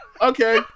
Okay